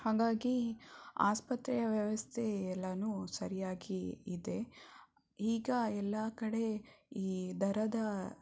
ಹಾಗಾಗಿ ಆಸ್ಪತ್ರೆ ವ್ಯವಸ್ಥೆ ಎಲ್ಲಾನು ಸರಿಯಾಗಿ ಇದೆ ಈಗ ಎಲ್ಲ ಕಡೆ ಈ ದರದ